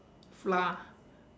flour